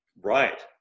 Right